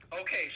Okay